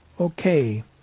Okay